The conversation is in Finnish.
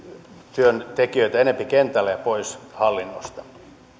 työntekijöitä enempi kentälle ja pois hallinnosta